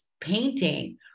painting